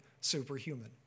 superhuman